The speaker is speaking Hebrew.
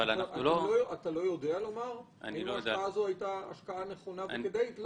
אתה לא יודע לומר אם ההשקעה הזאת הייתה השקעה נכונה וכדאית?